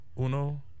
Uno